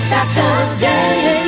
Saturday